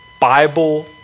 Bible